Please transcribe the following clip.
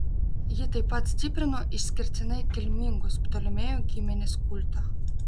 ji taip pat stiprino išskirtinai kilmingos ptolemėjų giminės kultą